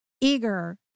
eager